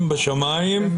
בשמים,